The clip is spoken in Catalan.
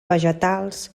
vegetals